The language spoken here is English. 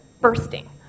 Bursting